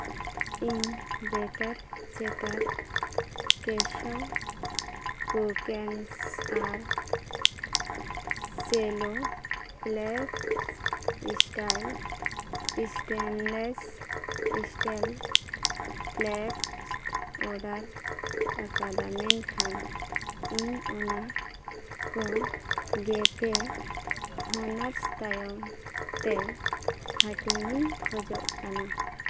ᱤᱧ ᱵᱮᱴᱟᱨ ᱪᱮᱴᱟᱨ ᱠᱮᱥᱚᱵᱽ ᱠᱩᱠᱮᱱᱥ ᱟᱨ ᱥᱮᱞᱳ ᱯᱞᱮᱜᱽᱥ style stainless steel plates order ᱟᱠᱟᱫᱟ ᱢᱮᱱᱠᱷᱟᱱ ᱤᱧ ᱚᱱᱟ ᱠᱚ ᱜᱮ ᱯᱮ ᱦᱚᱱᱟᱨᱥ ᱛᱟᱭᱚᱢ ᱦᱟᱹᱴᱤᱧ ᱤᱧ ᱠᱷᱚᱡᱚᱜ ᱠᱟᱱᱟ